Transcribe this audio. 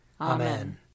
Amen